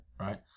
Right